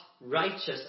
righteous